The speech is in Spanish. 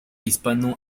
hispano